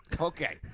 Okay